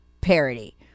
parody